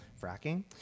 Fracking